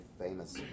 famous